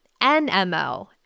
NMO